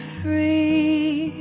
free